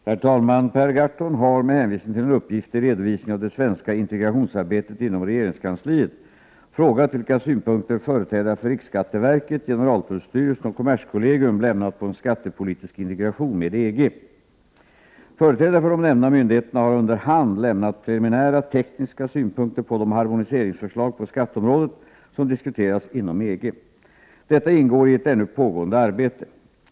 Herr talman! Per Gahrton har, med hänvisning till en uppgift i redovisningen av det svenska integrationsarbetet inom regeringskansliet, frågat vilka synpunkter företrädare för riksskatteverket, generaltullstyrelsen och kommerskollegium lämnat på en skattepolitisk integration med EG. Företrädare för de nämnda myndigheterna har under hand lämnat preliminära tekniska synpunkter på de harmoniseringsförslag på skatteområdet som diskuterats inom EG. Detta ingår i ett ännu pågående arbete.